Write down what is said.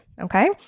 Okay